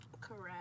Correct